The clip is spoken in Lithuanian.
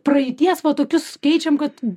praeities va tokius keičiam kad